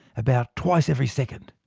about twice every second.